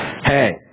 hey